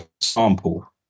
sample